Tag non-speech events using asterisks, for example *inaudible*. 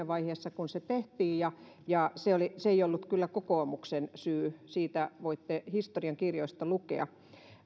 *unintelligible* vaiheessa kun se tehtiin ja ja se ei ollut kyllä kokoomuksen syy siitä voitte historiankirjoista lukea